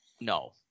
no